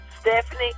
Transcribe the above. Stephanie